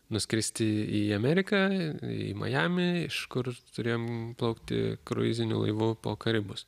nuskristi į ameriką į majamį iš kur turėjom plaukti kruiziniu laivu po karibus